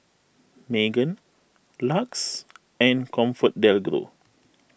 Megan Lux and ComfortDelGro